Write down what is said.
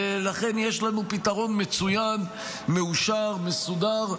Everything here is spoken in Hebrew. ולכן, יש לנו פתרון מצוין, מאושר, מסודר.